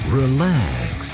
relax